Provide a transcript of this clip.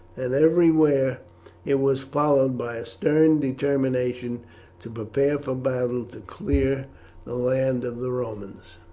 and everywhere it was followed by a stern determination to prepare for battle to clear the land of the romans.